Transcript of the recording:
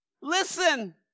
listen